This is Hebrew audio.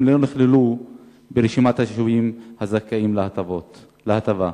לא נכללו ברשימת היישובים הזכאים להטבה.